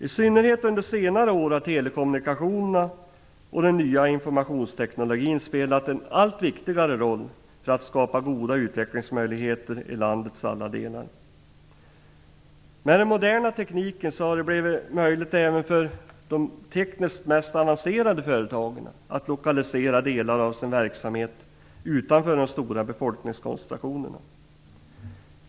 I synnerhet under senare år har telekommunikationerna och den nya informationstekniken spelat en allt viktigare roll för att skapa goda utvecklingsmöjligheter i landets alla delar. Med den moderna tekniken har det blivit möjligt även för de tekniskt mest avancerade företagen att lokalisera delar av sin verksamhet utanför de stora befolkningskoncentrationerna.